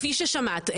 כפי ששמעת,